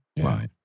Right